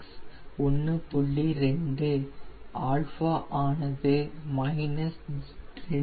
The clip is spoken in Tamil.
2 α ஆனது 2